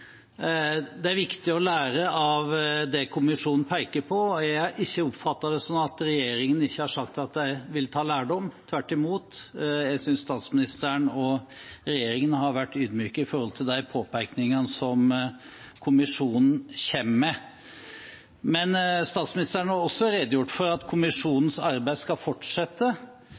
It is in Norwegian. Det er viktig å lære av det kommisjonen peker på. Jeg har ikke oppfattet det sånn at regjeringen ikke har sagt at de vil ta lærdom. Tvert imot – jeg synes statsministeren og regjeringen har vært ydmyke i forhold til de påpekningene som kommisjonen kommer med. Men statsministeren har også redegjort for at kommisjonens arbeid skal fortsette.